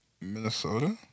Minnesota